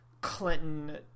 clinton